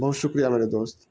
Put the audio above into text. بہت شکریہ میرے دوست